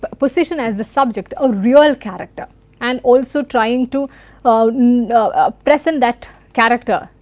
but position as the subject or real character and also trying to ah you know ah present that character,